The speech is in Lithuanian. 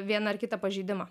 vieną ar kitą pažeidimą